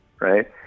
Right